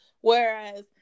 Whereas